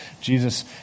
Jesus